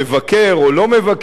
או מבקר או לא מבקר,